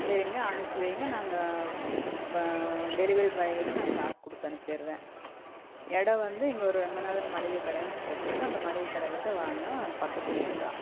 சரிங்க அனுப்பி வையுங்க நாங்கள் டெலிவரி பாய் கிட்டே நாங்கள் காசு கொடுத்து அனுப்பிடுறேன் இடம் வந்து இங்கே ஒரு ரங்கநாதன் மளிகை கடைனு போட்டுருக்கு அந்த மளிகை கடை கிட்டே வாங்க அந்த பக்கத்து வீடுதான்